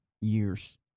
years